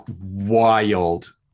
wild